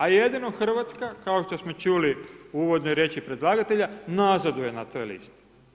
A jedino Hrvatska, kao što smo čuli u uvodnoj riječi predlagatelja, nazaduje na toj listi.